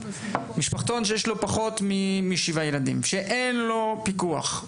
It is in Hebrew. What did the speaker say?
משפחתון שיש לו פחות משבעה ילדים ואין לו פיקוח,